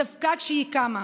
דווקא כשהיא קמה,